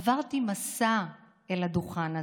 עברתי מסע בדרכי אל הדוכן הזה.